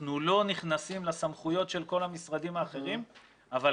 אנחנו לא נכנסים לסמכויות של כל המשרדים האחרים אבל